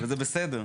עכשיו,